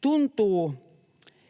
Tuntuu,